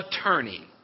attorney